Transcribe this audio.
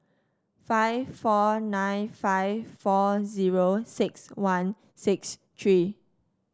five four nine five four zero six one six three